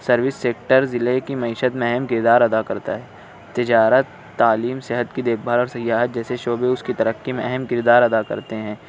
service sectors ضلعے کی معیشت میں اہم کردار ادا کرتا ہے تجارت تعلیم صحت کی دیکھ بھال اور سیاحت جیسے شعبے اس کی ترقی میں اہم کردار ادا کرتے ہیں